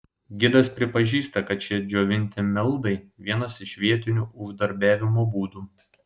gidas pripažįsta kad šie džiovinti meldai vienas iš vietinių uždarbiavimo būdų